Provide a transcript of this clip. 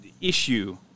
issue